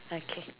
okay